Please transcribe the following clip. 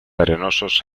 arenosos